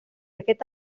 aquest